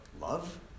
love